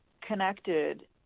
connected